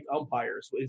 umpires